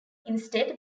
instead